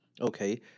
Okay